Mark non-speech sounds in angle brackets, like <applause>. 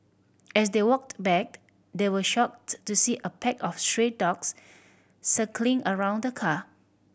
as they walked back they were shocked to see a pack of <unintelligible> dogs circling around the car